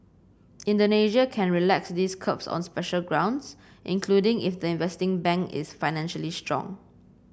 Indonesia can relax these curbs on special grounds including if the investing bank is financially strong